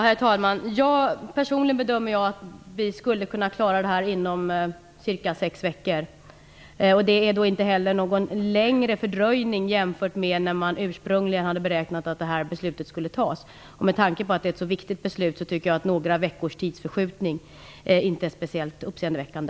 Herr talman! Personligen bedömer jag det som att vi skulle kunna klara av detta inom cirka sex veckor. Det innebär inte någon längre fördröjning jämfört med när man ursprungligen hade beräknat att det här beslutet skulle fattas. Med tanke på att det är ett så viktigt beslut tycker jag inte att några veckors tidsförskjutning är speciellt uppseendeväckande.